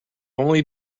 only